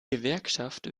gewerkschaft